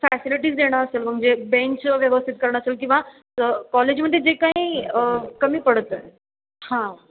facilities देणं असेल म्हणजे बेंच व्यवस्थित करणं असेल किंवा कॉलेजमध्ये जे काही कमी पडत आहे हां